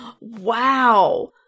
Wow